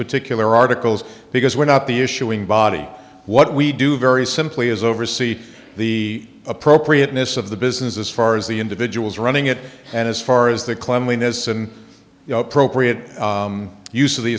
particular articles because we're not the issuing body what we do very simply is oversee the appropriateness of the business as far as the individuals running it and as far as the cleanliness and you know appropriate use of the